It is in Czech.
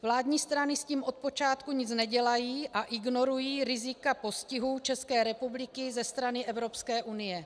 Vládní strany s tím od počátku nic nedělají a ignorují rizika postihu České republiky ze strany Evropské unie.